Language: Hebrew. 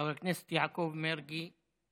חבר הכנסת יעקב מרגי,